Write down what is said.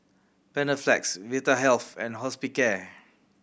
Panaflex Vitahealth and Hospicare